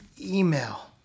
email